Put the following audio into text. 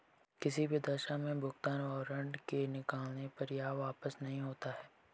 किसी भी दशा में भुगतान वारन्ट के निकलने पर यह वापस नहीं होता है